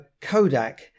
Kodak